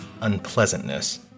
unpleasantness